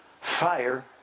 Fire